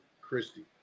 christie